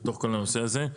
בתוך הנושא הזה,